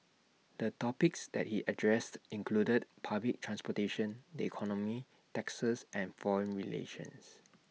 the topics that he addressed included public transportation the economy taxes and foreign relations